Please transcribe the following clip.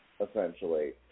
essentially